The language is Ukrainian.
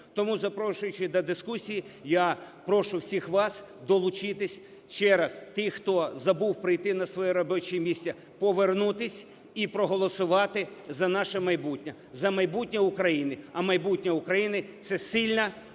Тому, запрошуючи до дискусію, я прошу всіх вас долучитися ще раз тих, хто забув прийти на своє робоче місце, повернутись і проголосувати за наше майбутнє, за майбутнє України. А майбутнє України – це сильна,